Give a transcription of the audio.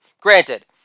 Granted